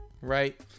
right